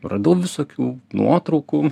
radau visokių nuotraukų